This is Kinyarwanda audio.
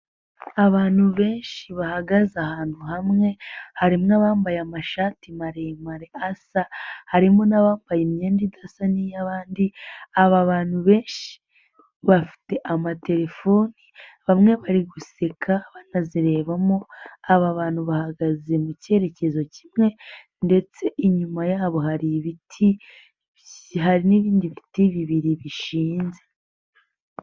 Abantu benshi bahagaze ahantu hamwe, harimo abambaye amashati maremare asa, harimo n'abambaye imyenda idasa n'iyabandi, aba bantu benshi bafite amatelefoni, bamwe bari guseka banazirebamo, aba bantu bahagaze mu kerekezo kimwe ndetse inyuma yabo hari ibiti, hari n'ibindi biti bibiri bishinze.